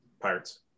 Pirates